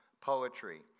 poetry